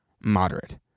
moderate